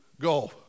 go